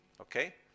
okay